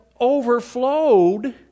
overflowed